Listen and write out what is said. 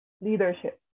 leadership